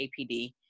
APD